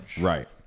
Right